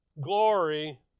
glory